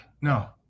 no